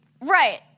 right